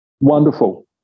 Wonderful